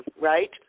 right